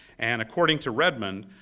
and according to redmond,